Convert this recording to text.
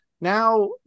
now